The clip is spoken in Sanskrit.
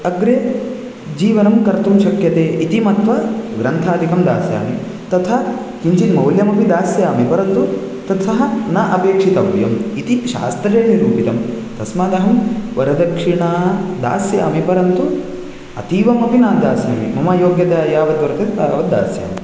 अग्रे जीवनं कर्तुं शक्यते इति मत्वा ग्रन्थादिकं दास्यामि तथा किञ्चित् मौल्यमपि दास्यामि परन्तु तत् सः न अपेक्षितव्यम् इति शास्त्रे निरूपितं तस्मादहं वरदक्षिणा दास्यामि परन्तु अतीवमपि न दास्यामि मम योग्यता यावद्वर्तते तावद्दास्यामि